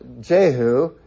Jehu